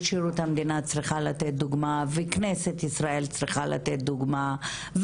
שירות המדינה צריכה לתת דוגמה וכנסת ישראל צריכה לתת דוגמה,